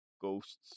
ghosts